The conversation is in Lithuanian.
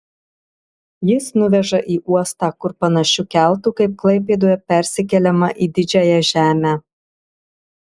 jis nuveža į uostą kur panašiu keltu kaip klaipėdoje persikeliama į didžiąją žemę